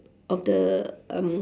of the um